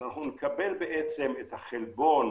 נקבל את החלבון